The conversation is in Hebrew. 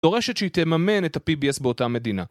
דורשת שהיא תממן את ה-PBS באותה המדינה